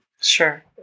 Sure